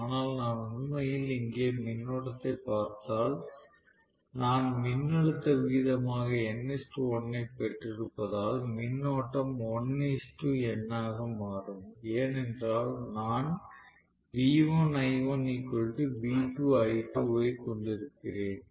ஆனால் நான் உண்மையில் இங்கே மின்னோட்டத்தைப் பார்த்தால் நான் மின்னழுத்த விகிதமாக n 1 ஐப் பெற்றிருப்பதால் மின்னோட்டம் 1 n ஆக மாறும் ஏனென்றால் நான் கொண்டிருக்கிறேன்